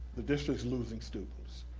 the district's losing students.